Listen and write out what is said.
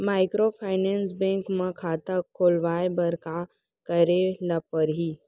Microfinance bank म खाता खोलवाय बर का करे ल परही?